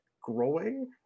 growing